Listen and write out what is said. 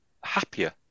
happier